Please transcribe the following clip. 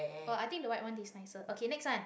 oh i think the white one taste nicer okay next one